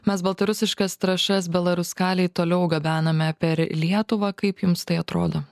mes baltarusiškas trąšas belaruskalei toliau gabename per lietuvą kaip jums tai atrodo